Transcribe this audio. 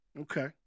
Okay